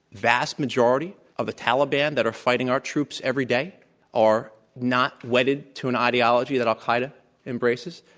vast majority of the taliban that are fighting ourtroops every day are not wedded to an ideology that al-qaeda embraces,